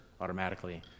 automatically